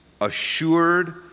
assured